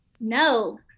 No